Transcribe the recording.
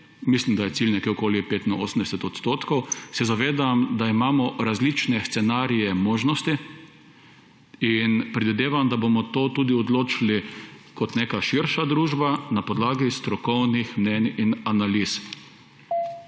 mislim, da je cilj nekje okoli 85 odstotkov –, se zavedam, da imamo različne scenarije možnosti, in predvidevam, da bomo to tudi odločili kot neka širša družba na podlagi strokovnih mnenj in analiz.